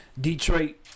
Detroit